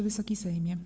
Wysoki Sejmie!